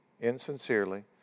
insincerely